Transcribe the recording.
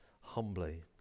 humbly